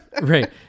Right